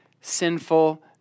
sinful